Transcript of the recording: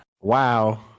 Wow